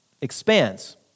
expands